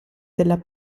della